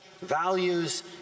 values